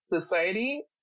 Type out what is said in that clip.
society